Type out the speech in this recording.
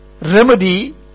remedy